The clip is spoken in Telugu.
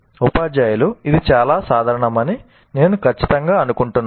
ఉపాధ్యాయులు ఇది చాలా సాధారణమని నేను ఖచ్చితంగా అనుకుంటున్నాను